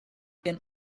can